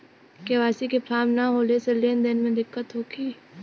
KYC के form न होले से लेन देन में दिक्कत होखी?